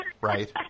right